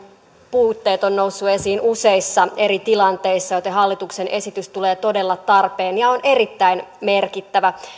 puutteet ovat nousseet esiin useissa eri tilanteissa joten hallituksen esitys tulee todella tarpeeseen ja on erittäin merkittävä